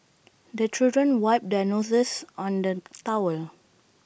the children wipe their noses on the towel